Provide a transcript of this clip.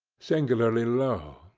singularly low,